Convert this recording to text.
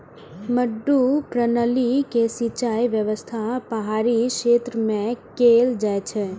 मड्डू प्रणाली के सिंचाइ व्यवस्था पहाड़ी क्षेत्र मे कैल जाइ छै